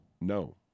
No